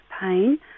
pain